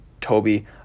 Toby